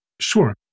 sure